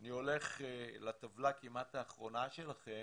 אני הולך לטבלה כמעט האחרונה שלכם,